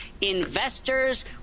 Investors